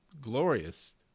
glorious